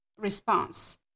response